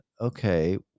Okay